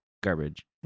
Garbage